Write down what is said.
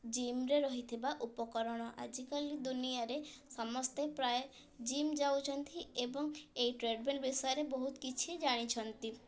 ଜିମ୍ରେ ରହିଥିବା ଉପକରଣ ଆଜିକାଲି ଦୁନିଆରେ ସମସ୍ତେ ପ୍ରାୟ ଜିମ୍ ଯାଉଛନ୍ତି ଏବଂ ଏହି ଟ୍ରେଡ଼ମିଲ୍ ବିଷୟରେ ବହୁତ କିଛି ଜାଣିଛନ୍ତି